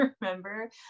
remember